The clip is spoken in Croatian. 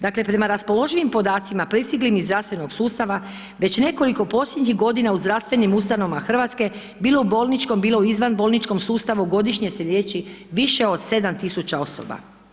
Dakle, prema raspoloživim podacima pristiglim iz zdravstvenog sustava već nekoliko posljednjih godina u zdravstvenim ustanovama Hrvatske, bilo u bolničkom, bilo u izvanbolničkom sustavu godišnje se liječi više od 7.000 osoba.